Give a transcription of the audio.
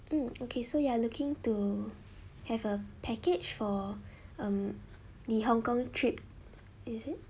mm okay so you are looking to have a package for um the hong kong trip is it